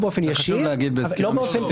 נכון.